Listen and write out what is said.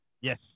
Yes